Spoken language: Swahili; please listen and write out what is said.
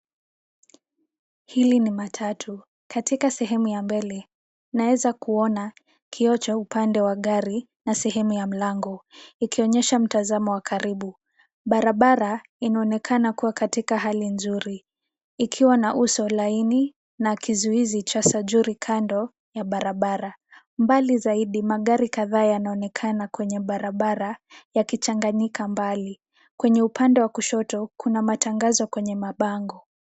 Hili ni matatu. Katika sehemu ya mbele, naweza kuona kioo cha upande wa gari na sehemu ya mlango, ikionyesha mtazamo wa karibu. Barabara inaonekana kuwa katika hali nzuri, ikiwa na uso laini na kizuizi cha sajuri kando ya barabara. Mbali zaidi, magari kadhaa yanaonekana kwenye barabara ya mchanganyiko. Kwenye upande wa kushoto, kuna matangazo kwenye mabango.